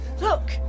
Look